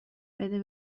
بده